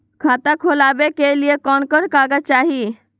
खाता खोलाबे के लिए कौन कौन कागज चाही?